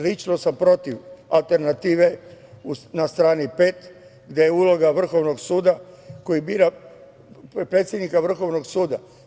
Lično sam protiv alternative na strani 5., gde je uloga Vrhovnog suda, koji bira predsednika Vrhovnog suda.